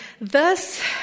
Thus